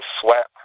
sweat